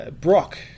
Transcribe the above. Brock